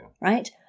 Right